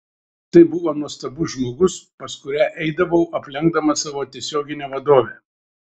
tai buvo nuostabus žmogus pas kurią eidavau aplenkdama savo tiesioginę vadovę